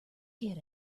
get